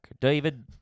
David